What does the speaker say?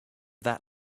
that